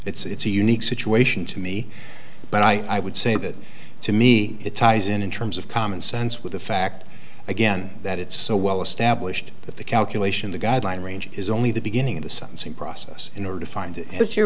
that it's a unique situation to me but i would say that to me it ties in in terms of common sense with the fact again that it's so well established that the calculation the guideline range is only the beginning of the sentencing process in order to find